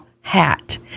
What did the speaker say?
hat